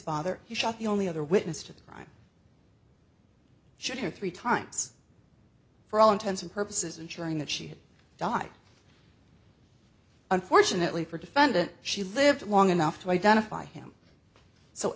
father he shot the only other witness to the crime should her three times for all intents and purposes ensuring that she did die unfortunately for defendant she lived long enough to identify him so